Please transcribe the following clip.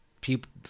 people